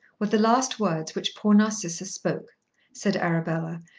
were the last words which poor narcissa spoke said arabella,